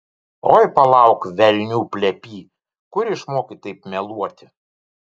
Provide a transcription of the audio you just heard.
oi palauk velnių plepy kur išmokai taip meluoti